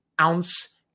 ounce